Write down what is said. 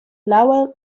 lower